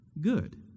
good